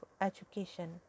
education